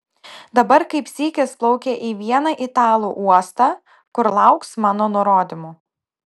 dabar kaip sykis plaukia į vieną italų uostą kur lauks mano nurodymų